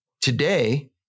today